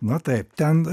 na taip ten